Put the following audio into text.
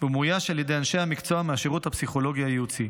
ומאויש על ידי אנשי המקצוע מהשירות הפסיכולוגי הייעוצי.